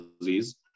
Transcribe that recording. disease